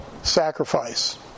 Sacrifice